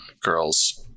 girls